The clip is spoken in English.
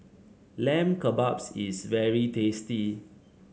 Lamb Kebabs is very tasty